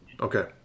okay